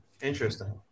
Interesting